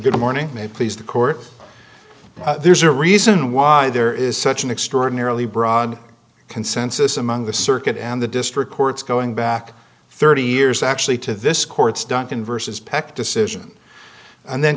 good morning may please the court there's a reason why there is such an extraordinarily broad consensus among the circuit and the district court's going back thirty years actually to this court's duncan versus pect decision and then